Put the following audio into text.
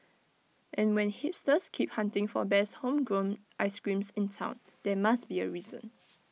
and when hipsters keep hunting for best homegrown ice creams in Town there must be A reason